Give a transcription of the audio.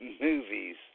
movies